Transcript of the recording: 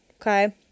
okay